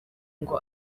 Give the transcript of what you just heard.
ngo